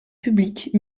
publiques